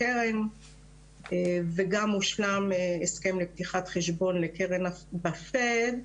הקרן וגם הושלם הסכם לפתיחת חשבון לקרן בפד,